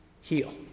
heal